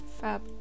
Fab